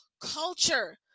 culture